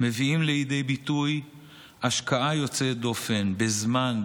מביאים לידי ביטוי השקעה יוצאת דופן בזמן,